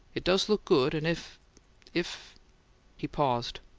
it does look good, and if if he paused.